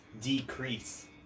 decrease